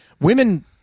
women